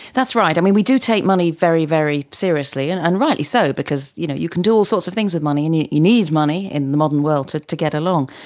that's right. i mean, we do take money very, very seriously, and and rightly so because you know you can do all sorts of things with money, and you you need money in the modern world to to get along.